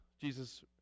Jesus